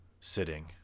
sitting